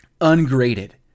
ungraded